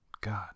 God